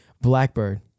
Blackbird